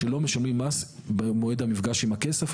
שלא משלמים מס במועד המפגש עם הכסף,